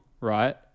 right